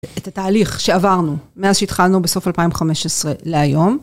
את התהליך שעברנו מאז שהתחלנו בסוף 2015 להיום.